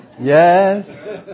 Yes